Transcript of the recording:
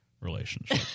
relationship